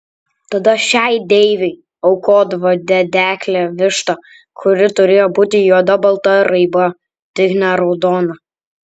tada šiai deivei aukodavo dedeklę vištą kuri turėjo būti juoda balta raiba tik ne raudona